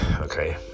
okay